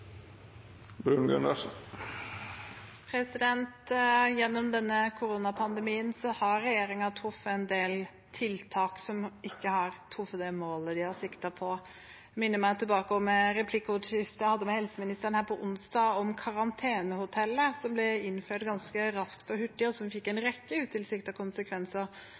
Gjennom denne koronapandemien har regjeringen truffet en del tiltak som ikke har truffet det målet de har siktet på. Det minner meg om et replikkordskifte jeg hadde med helseministeren her på onsdag om karantenehotell, som ble innført ganske raskt og hurtig, og som fikk en rekke utilsiktede konsekvenser.